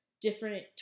different